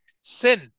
sin